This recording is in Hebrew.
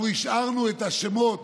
אנחנו השארנו את השמות